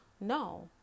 No